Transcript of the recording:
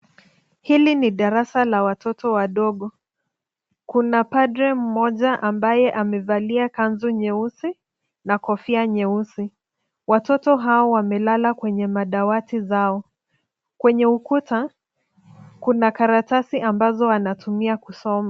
Hili ni darasa la watoto wadogo. Kuna padri mmoja ambaye amevalia kanzu nyeusi na kofia nyeusi. Watoto hao wamelala kwenye madawati zao. Kwenye ukuta kuna karatasi ambazo wanatumia kusoma.